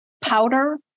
powder